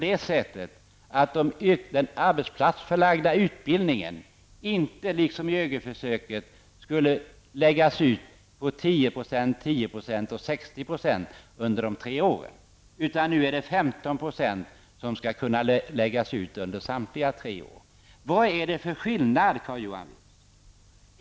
Den arbetsplatsförlagda utbildningen utgör inte som i ÖGY-försöket 10 resp. 10 och 60 % under de tre åren, utan nu skall 15 % kunna läggas ut under samtliga tre år. Vad är det för skillnad, Carl-Johan Wilson?